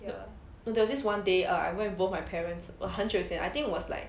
no no there was this one day err I went with both my parents err 很久以前 I think was like